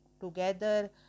together